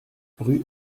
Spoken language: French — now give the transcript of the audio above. rue